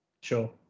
Sure